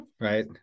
Right